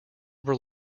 were